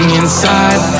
inside